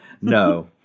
no